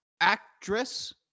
actress